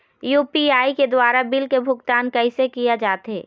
UPI के द्वारा bill के भुगतान कैसे किया जाथे?